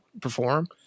perform